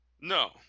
No